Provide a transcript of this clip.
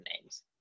names